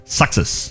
success